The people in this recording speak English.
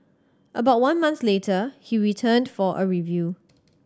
about one month later he returned for a review